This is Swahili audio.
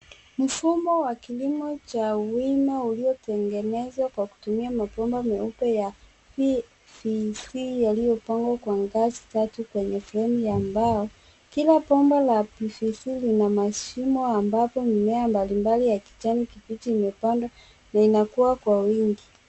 Mfumo wa kilimo cha wima uliotengenezwa kwa kutumia mabomba meupe ya PVC yaliyopangwa kwa ngazi tatu kwenye fremu ya mbao. Kila bomba la PVC lina mashimo ambapo mimea mbalimbali ya kijani kibichi imepandwa na inakuwa kwa wingi.